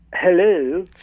Hello